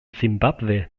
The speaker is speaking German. simbabwe